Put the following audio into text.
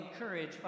encourage